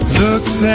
looks